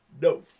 No